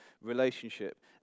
relationship